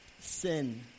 sin